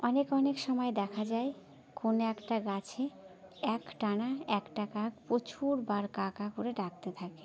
অনেক অনেক সময় দেখা যায় কোনো একটা গাছে এক টানা একটা কাক প্রচুর বার কা কা করে ডাকতে থাকে